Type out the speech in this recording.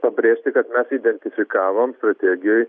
pabrėžti kad mes identifikavom strategijoj